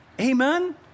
Amen